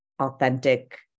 authentic